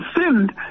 sinned